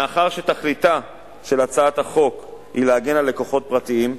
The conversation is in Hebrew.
מאחר שתכליתה של הצעת החוק היא להגן על לקוחות פרטיים,